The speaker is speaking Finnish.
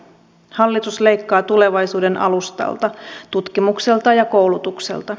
hallitus leikkaa tulevaisuuden alustalta tutkimukselta ja koulutukselta